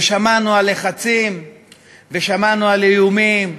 ושמענו על לחצים, ושמענו על איומים,